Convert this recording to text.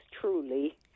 truly